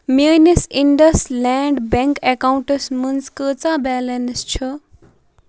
میٛٲنِس IndusInd bank اٮ۪کاوُنٹَس منٛز کۭژاہ بیلٮ۪نٕس چھُ